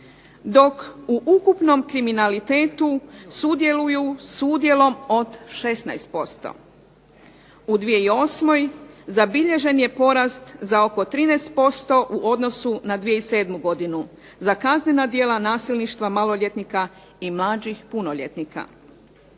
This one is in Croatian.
dok u ukupnom kriminalitetu sudjeluju s udjelom od 15%. U 2008. zabilježen je porast za oko 13% u odnosu na 2007. godinu za kaznena djela nasilništva, maloljetnika i mlađih punoljetnika.